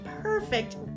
perfect